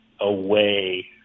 away